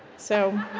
so,